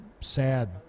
sad